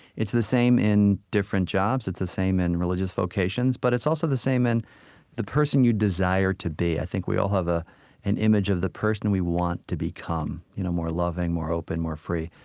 it's the same in different jobs. it's the same in religious vocations. but it's also the same in the person you desire to be i think we all have ah an image of the person we want to become you know more loving, more open, more free.